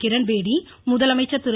கிரண்பேடி முதலமைச்சர் திரு